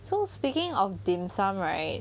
so speaking of dim sum right